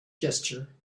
gesture